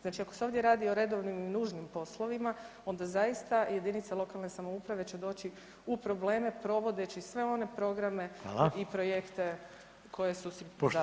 Znači, ako se ovdje radi o redovnim i nužnim poslovima onda zaista jedinice lokalne samouprave će doći u probleme provodeći sve one programe i projekte koje su si zadale.